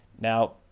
Now